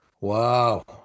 Wow